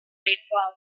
platforms